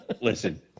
listen